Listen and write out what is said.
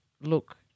look